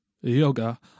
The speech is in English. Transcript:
yoga